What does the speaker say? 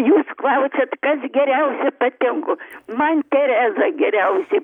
jūs klausiat kas geriausia patinku man tereza geriausiai